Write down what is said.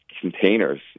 containers